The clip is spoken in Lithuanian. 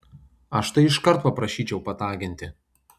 aš tai iškart paprašyčiau pataginti